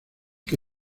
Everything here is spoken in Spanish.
que